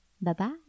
Bye-bye